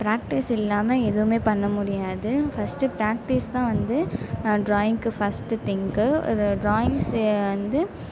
practice இல்லாமல் எதுவுமே பண்ண முடியாது ஃபர்ஸ்ட்டு பிராக்டிஸ் தான் வந்து ட்ராயிங்க்கு ஃபஸ்ட்டு திங்க்கு ஒரு ட்ராயிங்ஸு வந்து